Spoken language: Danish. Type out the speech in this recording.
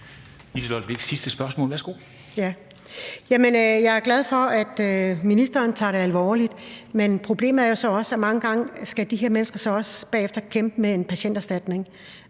Jeg er glad for, at ministeren tager det alvorligt, men problemet er jo også, at de her mennesker mange gange bagefter skal kæmpe for at få en patienterstatning,